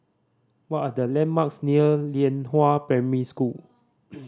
what are the landmarks near Lianhua Primary School